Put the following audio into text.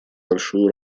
большую